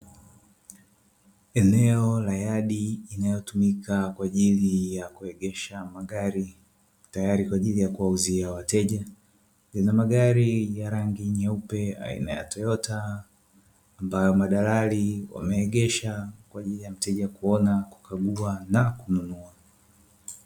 Eneo la yadi inalotumika kwa ajili ya kuegesha magari tayari kwa ajili ya kuwauzia wateja. Kuna magari ya rangi nyeupe aina ya Toyota ambayo madalali wameegesha kwa ajili ya mteja kuona, kukagua na kununua.